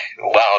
Wow